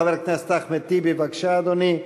חבר הכנסת אחמד טיבי, בבקשה, אדוני.